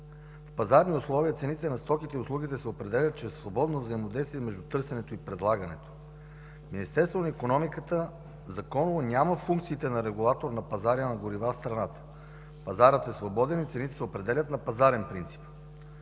в пазарни условия цените на стоките и услугите се определят чрез свободно взаимодействие между търсенето и предлагането. Министерството на икономиката законово няма функциите на регулатор на пазара на горива в страната. Пазарът е свободен и цените се определят на пазарен принцип.